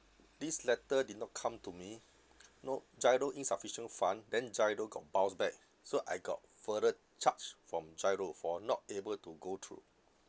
this letter did not come to me no GIRO insufficient fund then GIRO got bounced back so I got further charge from GIRO for not able to go through